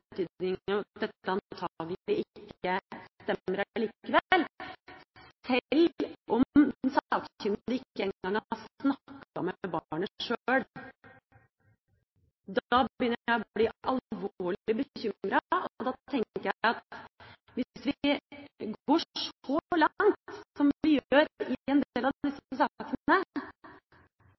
dette antakelig ikke stemmer likevel, sjøl om den sakkyndige ikke engang har snakket med barnet sjøl. Da begynner jeg å bli alvorlig bekymra. Da tenker jeg: Hvis vi går så langt som vi gjør i en del av